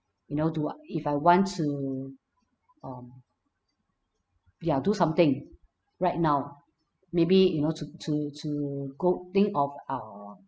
you know to what if I want to um ya do something right now maybe you know to to to go think of err